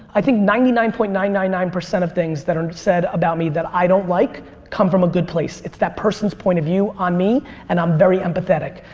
i think ninety nine point nine nine nine of things that are said about me that i don't like come from a good place. it's that person's point of view on me and i'm very empathetic.